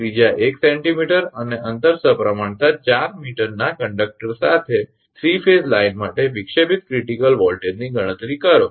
ત્રિજ્યા 1 𝑐𝑚 અને અંતર સપ્રમાણતા 4 𝑚 ના કંડકટર સાથે 3 ફેઝ લાઇન માટે વિક્ષેપિત ક્રિટીકલ વોલ્ટેજની ગણતરી કરો